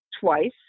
twice